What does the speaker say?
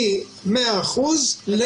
וממצב כזה של מאה אחוזים,